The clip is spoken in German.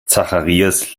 zacharias